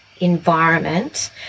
environment